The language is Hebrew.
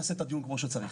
רק נכנסת והתחלת לצרוח.